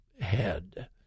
head